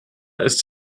ist